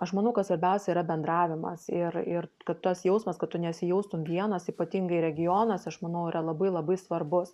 aš manau kad svarbiausia yra bendravimas ir ir tas jausmas kad tu nesijaustum vienas ypatingai regionuose aš manau yra labai labai svarbus